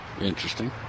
Interesting